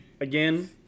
again